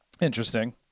Interesting